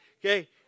Okay